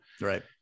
Right